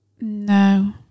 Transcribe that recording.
No